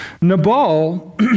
Nabal